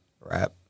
Rap